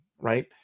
right